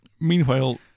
Meanwhile